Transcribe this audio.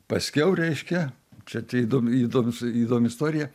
paskiau reiškia čia tai įdom įdomus įdomi istorija